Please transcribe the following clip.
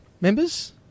members